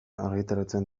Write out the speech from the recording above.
argitaratzen